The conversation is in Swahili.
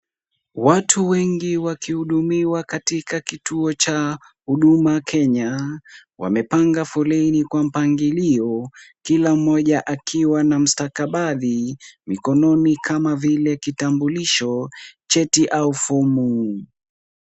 Watu wengi wakihudumiwa katika kituo cha Huduma Kenya, wamepanga foleni kwa mpangilio. Kila mmoja akiwa na mstakabadhi mkononi kama vile kitambulisho, cheti, au fomu.